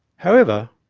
however,